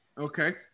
Okay